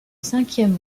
cinquième